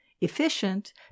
Efficient